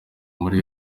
muri